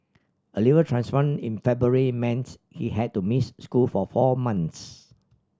a liver transplant in February meant he had to miss school for four months